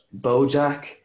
bojack